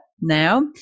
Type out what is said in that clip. now